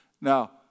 Now